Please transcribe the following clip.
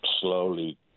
slowly